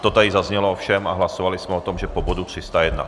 To tady zaznělo ovšem a hlasovali jsme o tom, že po bodu 301.